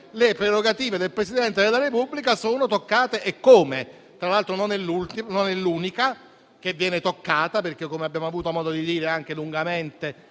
le prerogative del Presidente della Repubblica sono toccate eccome. Tra l'altro, non è l'unica che viene toccata, perché - come abbiamo avuto modo di dire lungamente